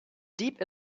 deep